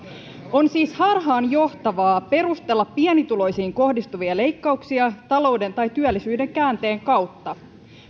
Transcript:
on siis harhaanjohtavaa perustella pienituloisiin kohdistuvia leikkauksia talouden tai työllisyyden käänteen kautta